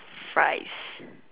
fries